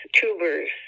tubers